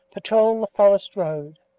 patrol the forest road,